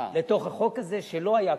לתוך החוק הזה שלא היה קודם,